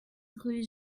rue